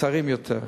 קצרים יותר.